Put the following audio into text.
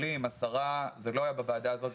מחילופי דברים שלי עם השרה זה לא היה בוועדה הזאת,